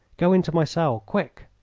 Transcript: go into my cell. quick!